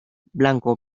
blanco